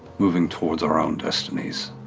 moving towards our own destinies